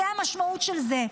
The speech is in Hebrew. זו המשמעות של זה.